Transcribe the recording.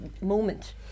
moment